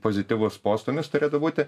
pozityvus postūmis turėtų būti